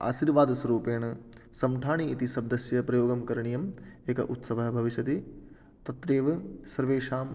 आशीर्वादस्वरूपेण सम्ढाणि इति शब्दस्य प्रयोगं करणीयम् एकः उत्सवः भविष्यति तत्रैव सर्वेषाम्